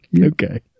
Okay